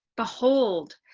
behold,